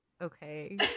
Okay